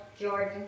Jordan